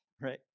Right